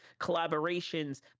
collaborations